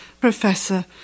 Professor